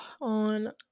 on